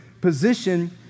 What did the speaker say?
position